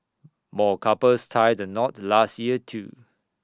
more couples tied the knot last year too